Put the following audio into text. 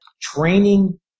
training